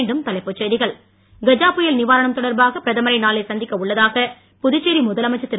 மீண்டும் தலைப்புச் செய்திகள் கஜா புயல் நிவாரணம் தொடர்பாக பிரதமரை நாளை சந்திக்க உள்ளதாக புதுச்சேரி முதலமைச்சர் திரு